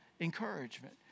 encouragement